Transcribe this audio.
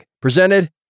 presented